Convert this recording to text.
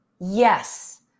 Yes